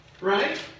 Right